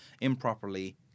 improperly